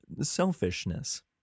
selfishness